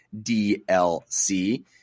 DLC